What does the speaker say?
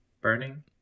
burning